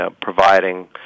providing